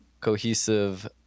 cohesive